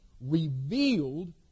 revealed